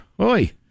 Oi